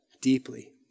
deeply